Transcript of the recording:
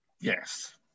yes